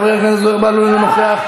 חבר הכנסת זוהיר בהלול, אינו נוכח.